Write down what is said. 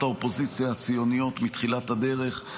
האופוזיציה הציוניות בתחילת הדרך.